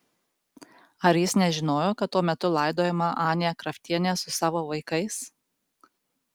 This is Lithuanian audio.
ar jis nežinojo kad tuo metu laidojama anė kraftienė su savo vaikais